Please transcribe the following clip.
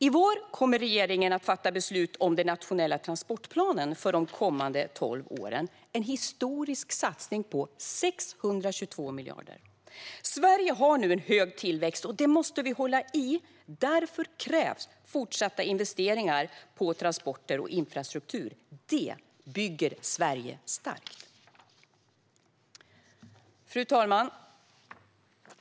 I vår kommer regeringen att fatta beslut om den nationella transportplanen för de kommande tolv åren, en historisk satsning på 622 miljarder. Sverige har nu hög tillväxt, och det måste vi hålla i. Därför krävs fortsatta investeringar i transporter och infrastruktur. Det bygger Sverige starkt! Fru talman!